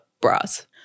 bras